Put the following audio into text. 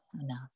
enough